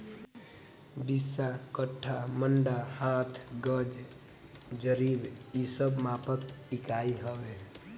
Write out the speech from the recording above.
बिस्सा, कट्ठा, मंडा, हाथ, गज, जरीब इ सब मापक इकाई हवे